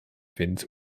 vindt